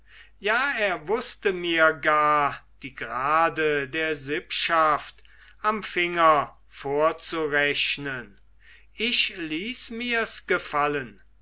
ja er wußte mir gar die grade der sippschaft am finger vorzurechnen ich ließ mirs gefallen